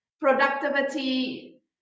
productivity